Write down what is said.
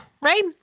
right